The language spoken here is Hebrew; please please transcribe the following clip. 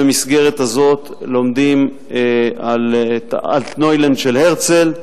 במסגרת הזאת לומדים את "אלטנוילנד" של הרצל,